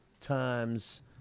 times